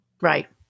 Right